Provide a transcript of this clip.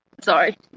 sorry